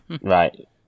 Right